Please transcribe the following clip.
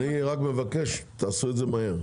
אני מבקש שתעשו את זה מהר.